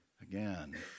again